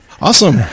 Awesome